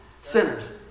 Sinners